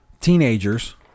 teenagers